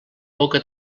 boca